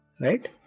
right